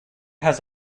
has